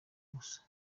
ubusa